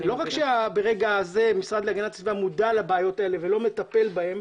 לא רק שברגע זה המשרד להגנת הסביבה מודע לבעיות האלה ולא מטפל בהן,